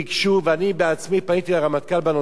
אני בעצמי פניתי לרמטכ"ל בנושא הזה.